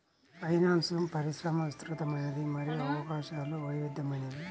finance పరిశ్రమ విస్తృతమైనది మరియు అవకాశాలు వైవిధ్యమైనవి